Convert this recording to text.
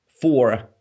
four